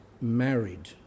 married